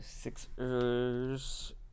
Sixers